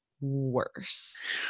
worse